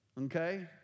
Okay